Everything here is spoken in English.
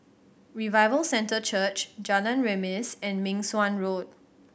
Revival Centre Church Jalan Remis and Meng Suan Road